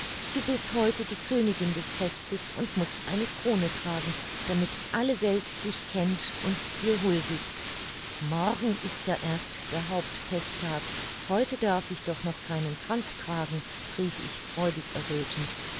du bist heute die königin des festes und mußt eine krone tragen damit alle welt dich kennt und dir huldigt morgen ist ja erst der hauptfesttag heute darf ich doch noch keinen kranz tragen rief ich freudig erröthend